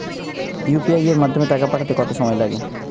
UPI এর মাধ্যমে টাকা পাঠাতে কত সময় লাগে?